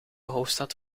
hoofdstad